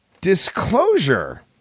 disclosure